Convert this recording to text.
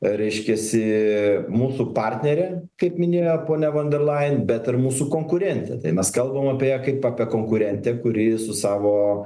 reiškiasi mūsų partnerė kaip minėjo ponia von der lajen bet ir mūsų konkurentė tai mes kalbam apie ją kaip apie konkurentę kuri su savo